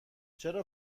چرا